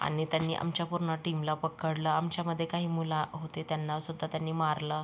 आणि त्यांनी आमच्या पूर्ण टीमला पकडलं आमच्यामध्ये काही मुलं होते त्यांना सुद्धा त्यांनी मारलं